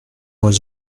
was